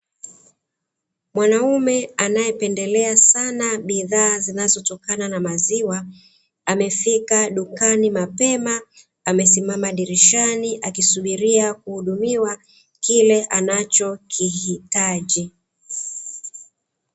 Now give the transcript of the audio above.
Mwanaume anayependelea sana bidhaa zinazotokana na maziwa, amefika dukani mapema, amesimama dirishani akisubiria kuhudumiwa kile anachokihitaji.